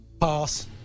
Pass